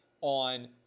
on